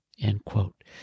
end-quote